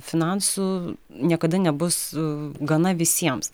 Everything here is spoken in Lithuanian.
finansų niekada nebus gana visiems